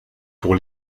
pour